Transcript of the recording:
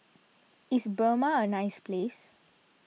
is Burma a nice place